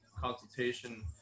consultation